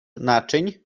naczyń